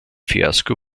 fiasko